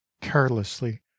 carelessly